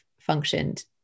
functioned